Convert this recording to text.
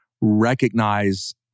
recognize